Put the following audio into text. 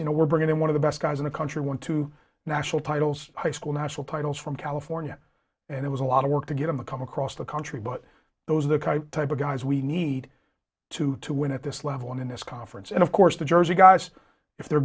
you know we're bringing in one of the best guys in the country one to national titles high school national titles from california and it was a lot of work to get them to come across the country but those are the guys we need to to win at this level in this conference and of course the jersey guys if they're